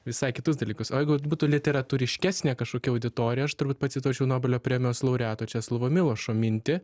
visai kitus dalykus o jeigu būtų literatūriškesnė kažkokia auditorija aš turbūt pacituočiau nobelio premijos laureato česlovo milošo mintį